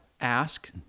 Ask